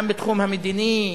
גם בתחום המדיני,